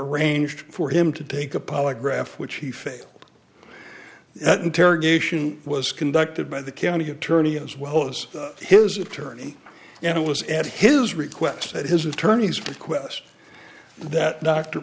arranged for him to take a polygraph which he failed at interrogation was conducted by the county attorney as well as his attorney and it was at his request at his attorney's bequest that d